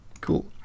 Cool